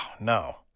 no